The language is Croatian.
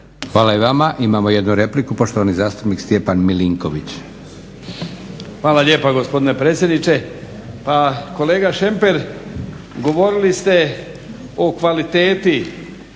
Hvala i vama. Imamo jednu repliku, poštovani zastupnik Stjepan Milinković. **Milinković, Stjepan (HDZ)** Hvala lijepa gospodine predsjedniče. Pa kolega Šemper, govorili ste o kvaliteti